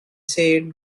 said